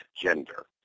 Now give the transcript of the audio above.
gender